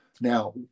Now